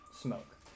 smoke